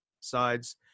sides